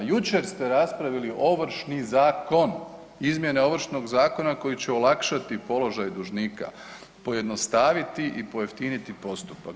Jučer ste raspravili Ovršni zakon, izmjene Ovršnog zakona koji će olakšati položaj dužnika, pojednostaviti i pojeftiniti postupak.